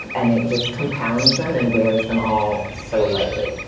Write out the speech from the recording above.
and it just compounds them and wears them all so lightly.